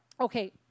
Okay